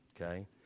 Okay